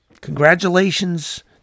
congratulations